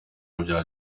ibikorwa